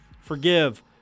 forgive